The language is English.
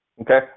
okay